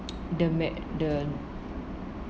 the ma~ the